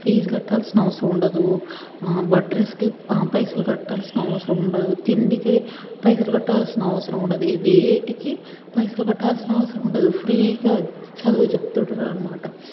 fees కట్టాల్సిన అవసరం ఉండదు బట్టర్స్కి పైసలు కట్టాల్సిన అవసరం ఉండదు తిండికి పైసలు కట్టాల్సిన అవసరం ఉండదు ఇవేటికి పైసలు కట్టాల్సిన అవసరం ఉండదు ఫ్రీగా చదువు చెపుతున్నారు అనమాట